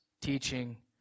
teaching